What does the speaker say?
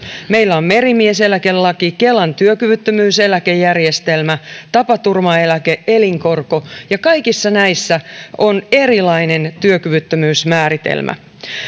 meillä on merimies eläkelaki kelan työkyvyttömyyseläkejärjestelmä tapaturmaeläke elinkorko ja kaikissa näissä on erilainen työkyvyttömyysmääritelmä